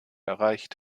erreicht